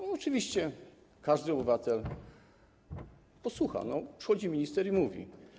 Oczywiście każdy obywatel posłucha, bo przychodzi minister i to mówi.